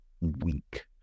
weak